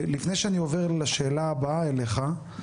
לפני שאני עובר לשאלה הבאה אליך,